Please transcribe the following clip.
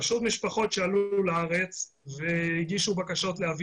פשוט משפחות שעלו לארץ והגישו בקשות להביא